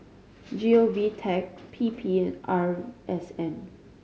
G O V Tech P P and R S N